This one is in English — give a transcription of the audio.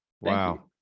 Wow